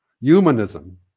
humanism